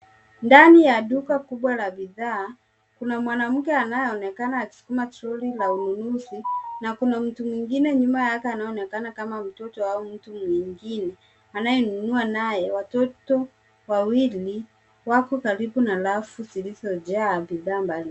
Ndani ya duka kubwa la bidhaa, kuna mwanamke anayeonekana akisukuma troli la ununuzi na kuna mtu mwingine nyuma yake anayeonekana kama mtoto wa mtu mwingine anayenunua nayo. Watoto wawili wako karibu na rafu zilizojaa bidhaa mbalimbali.